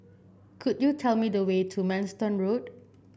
could you tell me the way to Manston Road